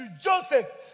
Joseph